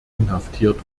inhaftiert